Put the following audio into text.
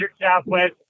southwest